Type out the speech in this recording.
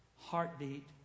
heartbeat